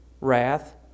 wrath